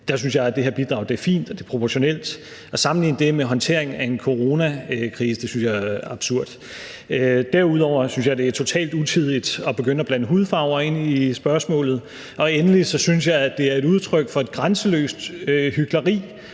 Der synes jeg, at det her bidrag er fint og proportionelt. At sammenligne det med håndteringen af en coronakrise synes jeg er absurd. Derudover synes jeg, det er totalt utidigt at begynde at blande hudfarver ind i spørgsmålet, og endelig synes jeg, at det er et udtryk for et grænseløst hykleri,